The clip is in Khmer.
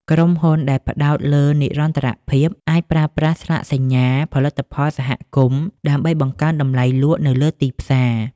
ក្រុមហ៊ុនដែលផ្ដោតលើនិរន្តរភាព អាចប្រើប្រាស់ស្លាកសញ្ញាផលិតផលសហគមន៍ ដើម្បីបង្កើនតម្លៃលក់នៅលើទីផ្សារ។